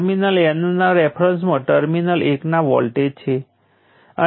તેથી હવે શું થાય છે સ્પષ્ટપણે t બરાબર 0 ની પહેલાં અથવા t 100 માઇક્રોસેકન્ડ પછી વોલ્ટેજ 0 હશે